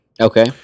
Okay